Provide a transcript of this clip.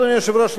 אדוני היושב-ראש,